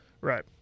Right